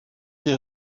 des